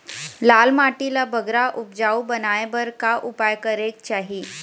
लाल माटी ला बगरा उपजाऊ बनाए बर का उपाय करेक चाही?